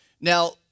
Now